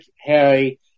Harry